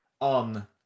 on